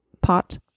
pot